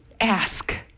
ask